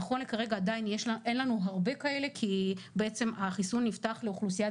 נכון לעכשיו עדיין אין לנו הרבה כאלה כי בעצם החיסון נפתח לאוכלוסיית